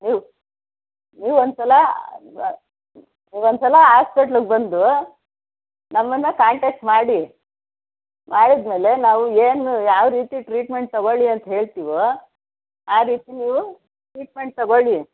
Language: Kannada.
ನೀವು ನೀವು ಒಂದು ಸಲ ಒಂದು ಸಲ ಆಸ್ಪೆಟ್ಲ್ಗೆ ಬಂದು ನಮ್ಮನ್ನು ಕಾಂಟೆಕ್ಟ್ ಮಾಡಿ ಮಾಡಿದ ಮೇಲೆ ನಾವು ಏನು ಯಾವ ರೀತಿ ಟ್ರೀಟ್ಮೆಂಟ್ ತಗೊಳ್ಳಿ ಅಂತ ಹೇಳ್ತಿವೋ ಆ ರೀತಿ ನೀವು ಟ್ರೀಟ್ಮೆಂಟ್ ತಗೊಳ್ಳಿ